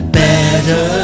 better